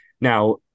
Now